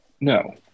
No